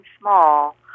small